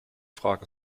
fragen